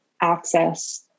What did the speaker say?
access